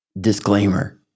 Disclaimer